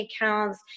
accounts